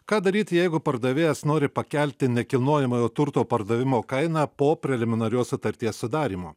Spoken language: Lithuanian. ką daryt jeigu pardavėjas nori pakelti nekilnojamojo turto pardavimo kainą po preliminarios sutarties sudarymo